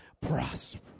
Prosper